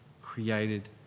created